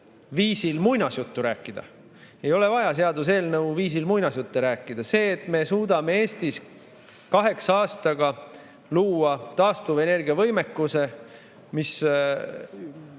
[vormis] muinasjuttu rääkida. Ei ole vaja seaduseelnõu [vormis] muinasjutte rääkida. See, et me suudame Eestis kaheksa aastaga luua taastuvenergia võimekuse, mis